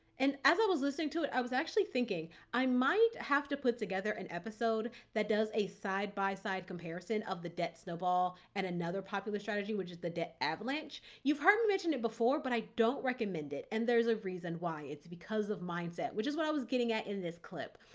and as i was listening to it, i was actually thinking i might have to put together an episode that does a side by side comparison of the debt snowball and another popular strategy, which is the debt avalanche. you've heard me mention it before, but i don't recommend it and there's a reason why. it's because of mindset, which is what i was getting at in this clip.